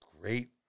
great